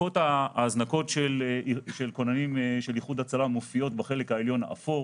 ההזנקות של כוננים של איחוד הצלה מופיעות בחלק העליון באפור.